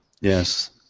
Yes